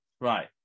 right